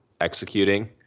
executing